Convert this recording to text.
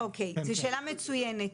אוקיי, זו שאלה מצוינת.